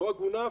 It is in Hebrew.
לא הגונה,